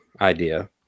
idea